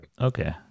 Okay